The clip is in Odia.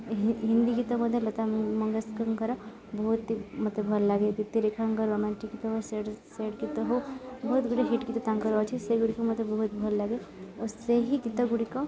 ହିନ୍ଦୀ ଗୀତ ମଧ୍ୟ ଲତା ମଙ୍ଗେଶଙ୍କର ବହୁତ ମୋତେ ଭଲ ଲାଗେ ଦୀପ୍ତିରେଖାଙ୍କର ରୋମାଣ୍ଟିକ୍ ଗୀତ ଓ ସ୍ୟାଡ଼ ଗୀତ ହଉ ବହୁତ ଗୁଡ଼ିଏ ହିଟ୍ ଗୀତ ତାଙ୍କର ଅଛି ସେଗୁଡ଼ିକ ମୋତେ ବହୁତ ଭଲଲାଗେ ଓ ସେହି ଗୀତ ଗୁଡ଼ିକ